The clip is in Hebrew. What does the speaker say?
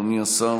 אדוני השר,